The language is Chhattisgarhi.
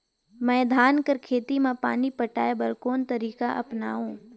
मैं धान कर खेती म पानी पटाय बर कोन तरीका अपनावो?